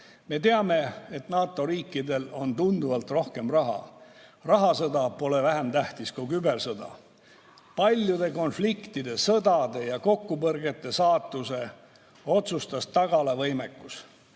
Me teame, et NATO riikidel on tunduvalt rohkem raha. Rahasõda pole vähem tähtis kui kübersõda. Paljude konfliktide, sõdade ja kokkupõrgete saatuse otsustas tagala võimekus.